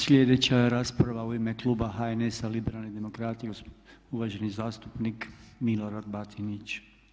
Sljedeća je rasprava u ime kluba HNS-a Liberalni demokrati, uvaženi zastupnik Milorad Batinić.